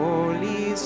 Holy